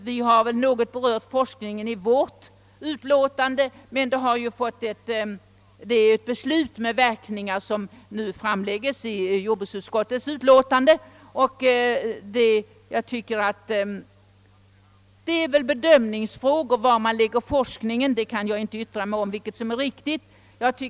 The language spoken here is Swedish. Vi har något berört forskningen i allmänna beredningsutskottets utlåtande, men det som föreslås i jordbruksutskottets utlåtande är ju ett beslut med verkningar. Det är en bedömningsfråga var forskningen skall förläggas och jag kan inte uttala mig om vad som är riktigt.